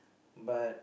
but